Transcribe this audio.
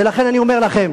ולכן אני אומר לכם: